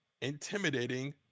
intimidating